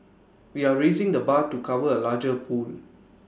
we are raising the bar to cover A larger pool